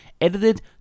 edited